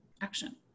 Action